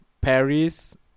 Paris